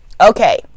Okay